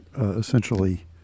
essentially